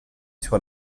sur